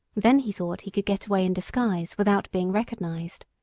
then he thought he could get away in disguise without being recognised.